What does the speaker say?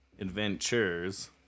Adventures